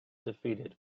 defeated